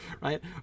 right